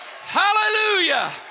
Hallelujah